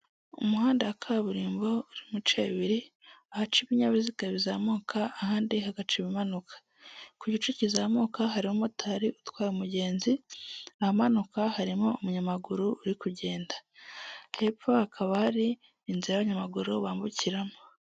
Umuhanda wa kaburimbo urimo ibice bibiri ahaca ibinyabiziga bizamuka ahandi hagaca ibimanuka ku gice kizamuka hari umumotari utwaye umugenzi ahamanuka harimo umunyamaguru uri kugenda hepfo hakaba hari inzira y'abanyamaguru bambukiramo.